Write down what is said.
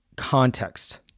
context